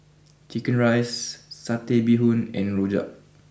Chicken Rice Satay Bee Hoon and Rojak